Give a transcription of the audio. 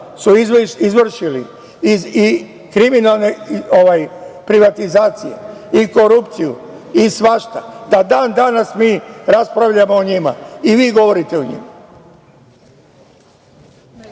su izvršili kriminalne privatizacije, korupciju i svašta, da dan danas mi raspravljamo o njima i vi govorite o